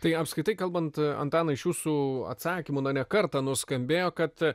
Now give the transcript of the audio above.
tai apskritai kalbant antanai iš jūsų atsakymų ne kartą nuskambėjo kad